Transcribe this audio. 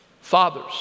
fathers